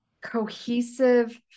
cohesive